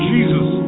Jesus